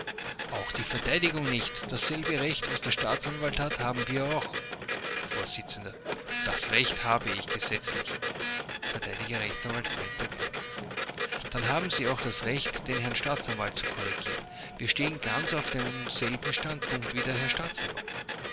auch die verteidigung nicht dasselbe recht was der staatsanwalt hat haben wir auch vors das recht habe ich gesetzlich verteidiger rechtsanwalt freytag i dann haben sie auch das recht den herrn staatsanwalt zu korrigieren wir stehen ganz auf demselben standpunkt wie der herr staatsanwalt